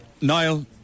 Niall